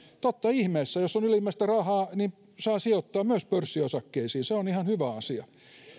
totta ihmeessä jos on ylimääräistä rahaa saa sijoittaa myös pörssiosakkeisiin se on ihan hyvä asia